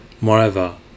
Moreover